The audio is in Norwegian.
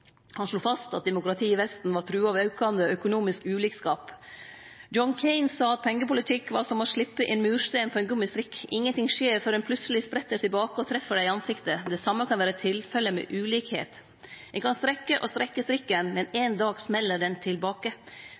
Han slo fast at demokratiet i Vesten var trua av aukande økonomisk ulikskap. Dette sa Deaton: «John M. Keynes sa at pengepolitikk var som å slippe en murstein på en gummistrikk. Ingenting skjer før den plutselig spretter tilbake og treffer deg i ansiktet. Det samme kan være tilfelle med ulikhet: Man kan strekke og strekke strikken, men en dag smeller den tilbake.